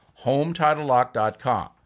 hometitlelock.com